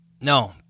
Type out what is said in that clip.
No